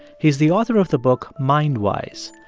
he's the author of the book mindwise.